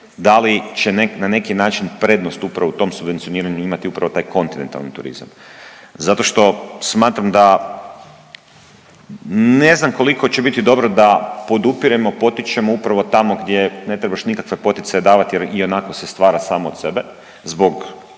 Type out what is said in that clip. da li će na neki način prednost upravo u tom subvencioniranju imati upravo taj kontinentalni turizam zato što smatram da ne znam koliko će biti dobro da podupiremo, potičemo upravo tamo gdje ne trebaš nikakve poticaje davati, jer ionako se stvara sam od sebe zbog